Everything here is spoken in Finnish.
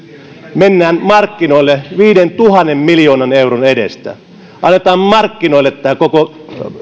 mennään markkinoille viidentuhannen miljoonan euron edestä annetaan markkinoille tämä koko